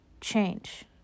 change